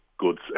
Goods